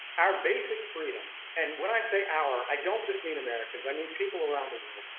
our basic freedoms, and when i say our, i don't just mean americans, i mean people around the